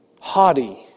haughty